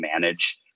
manage